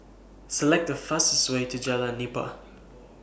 Select The fastest Way to Jalan Nipah